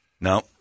No